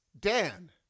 dan